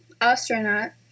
astronaut